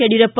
Yediyurappa